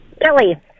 Kelly